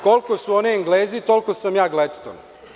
Koliko su oni Englezi, toliko sam ja Glecton.